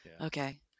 okay